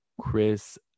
chris